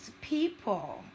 People